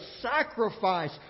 sacrifice